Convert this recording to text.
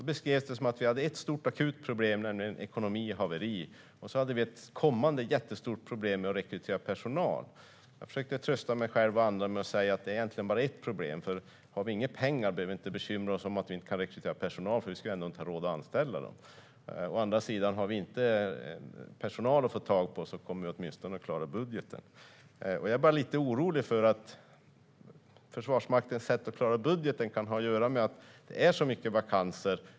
Då beskrevs det att vi hade ett stort och akut problem med en ekonomi i haveri och ett kommande jättestort problem med att rekrytera personal. Jag försökte trösta mig själv och andra med att säga att det egentligen bara var ett problem. "Har vi inga pengar behöver vi inte bekymra oss om att vi inte kan rekrytera personal, för vi skulle ändå inte ha råd att anställa dem. Får vi å andra sidan inte tag i personal kommer vi åtminstone att klara budgeten." Jag är lite orolig för att Försvarsmaktens sätt att klara budgeten kan ha att göra med att det är så mycket vakanser.